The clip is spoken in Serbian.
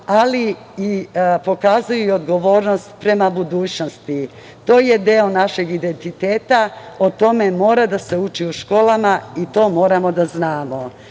ali i pokazao je i odgovornost prema budućnosti. To je deo našeg identiteta. O tome mora da se uči u školama i to moramo da